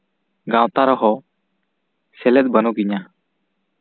ᱜᱟᱶᱛᱟ ᱨᱮᱦᱚᱸ ᱥᱮᱞᱮᱫ ᱵᱟᱹᱱᱩᱜᱤᱧᱟ